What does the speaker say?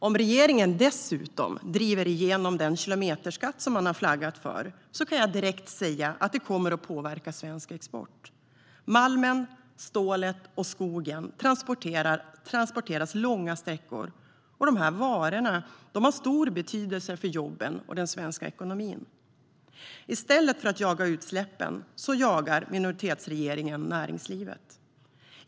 Om regeringen dessutom driver igenom den kilometerskatt man flaggat för kan jag direkt säga att det kommer att påverka svensk export. Malmen, stålet och skogen transporteras långa sträckor, och dessa varor har stor betydelse för jobben och den svenska ekonomin. I stället för att jaga utsläppen jagar minoritetsregeringen näringslivet.